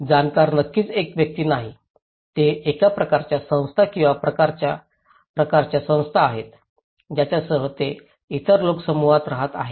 जाणकार नक्कीच एक व्यक्ती नाही ते एका प्रकारच्या संस्था किंवा प्रकारच्या प्रकारच्या संस्था आहेत ज्यांच्यासह ते इतर लोकसमूहात राहत आहेत